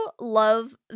love